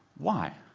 why?